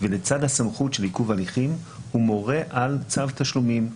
ולצד הסמכות של עיכוב הליכים הוא מורה על צו תשלומים.